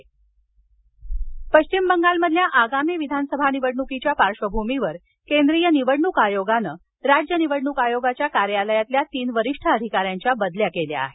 पश्चिम बंगाल पश्चिम बंगालमधल्याआगामी विधानसभा निवडणुकीच्या पार्श्वभूमीवर केंद्रीय निवडणूक आयोगानं राज्यनिवडणूक आयोगाच्या कार्यालयातल्या तीन वरिष्ठ अधिकाऱ्यांची बदली केली आहे